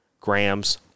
grams